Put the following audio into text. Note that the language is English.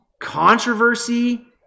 controversy